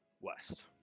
west